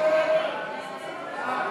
ההצעה